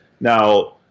Now